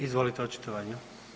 Izvolite očitovanje.